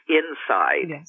inside